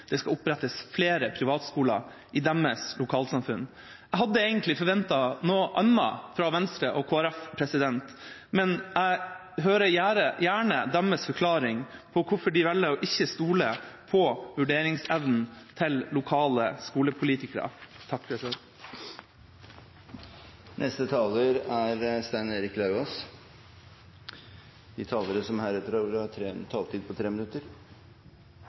det skal opprettes flere privatskoler i deres lokalsamfunn. Jeg hadde egentlig forventet noe annet fra Venstre og Kristelig Folkeparti, men jeg hører gjerne deres forklaring på hvorfor de velger å ikke stole på vurderingsevnen til lokale skolepolitikere. Det er ikke alltid enkelt å begripe seg på regjeringens alle reformforslag og lovforslag. Grunnen til at det kan være vanskelig å holde følge med i hva de